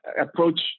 approach